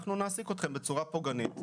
נעסיק אתכם בצורה פוגענית.